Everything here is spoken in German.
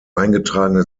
eingetragene